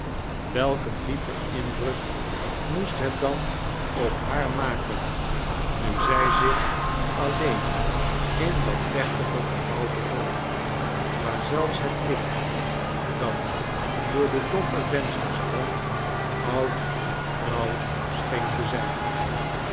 een diepen indruk moest het dan op haar maken nu zij zich alleen in dat plechtige gebouw bevond waar zelfs het licht dat door de doffe vensters drong oud en grauw scheen te zijn